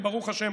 וברוך השם,